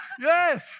Yes